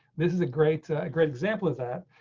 this is a great, great example of that.